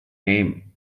name